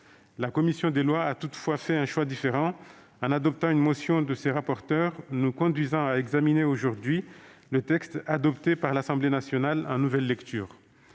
La commission des lois a toutefois fait un choix différent, en adoptant une motion de ses rapporteures, ce qui nous conduit, aujourd'hui, à examiner le texte adopté par l'Assemblée nationale en nouvelle lecture.